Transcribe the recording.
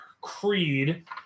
creed